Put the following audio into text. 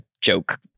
joke